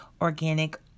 Organic